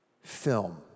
film